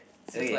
okay